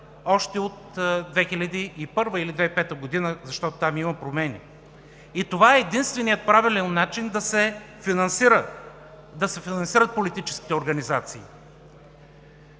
още от 2001-а или 2005 г., защото там има промени и това е единственият правилен начин да се финансират политическите организации.